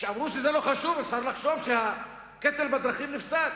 כשאומרים שזה לא חשוב אפשר לחשוב שהקטל בדרכים נפסק.